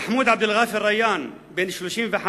מחמוד עבד ע'אפר ריאן, בן 35,